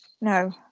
No